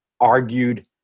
argued